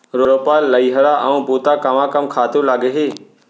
रोपा, लइहरा अऊ बुता कामा कम खातू लागही?